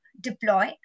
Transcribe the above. deploy